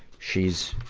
she's,